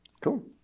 cool